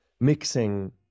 mixing